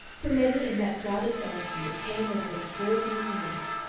to many in that crowded solitude it came as an extraordinary relief.